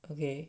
okay